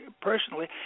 personally